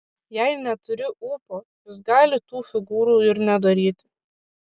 jei neturi ūpo jis gali tų figūrų ir nedaryti